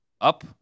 up